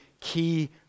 key